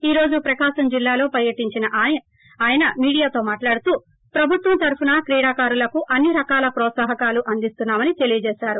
ఈ రోజు ప్రకాశం జిల్లాలో పర్యటించినో ఆయన మీడియాతో మాట్లాడుతూ ప్రభుత్వం తరపున క్రీడాకారులకు అన్ని రకాల హ్రోత్సాహకాలు అందిస్తున్నామని తెలియజేసారు